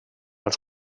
els